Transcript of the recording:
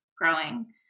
growing